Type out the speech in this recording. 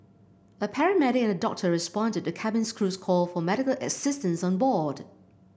a paramedic and a doctor responded to cabin crew's call for medical assistance on board